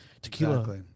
tequila